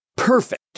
perfect